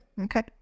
okay